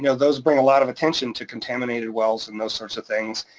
you know those bring a lot of attention to contaminated wells and those sorts of things,